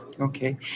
Okay